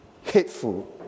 hateful